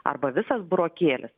arba visas burokėlis